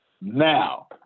Now